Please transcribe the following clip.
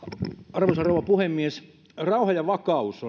arvoisa rouva puhemies rauha ja vakaus